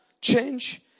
change